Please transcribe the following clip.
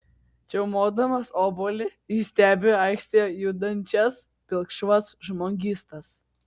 čiaumodamas obuolį jis stebi aikšte judančias pilkšvas žmogystas